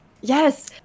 Yes